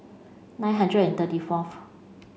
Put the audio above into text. nine hundred and thirty fourth